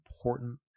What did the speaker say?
important